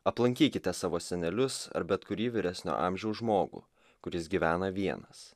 aplankykite savo senelius ar bet kurį vyresnio amžiaus žmogų kuris gyvena vienas